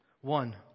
One